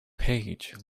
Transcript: page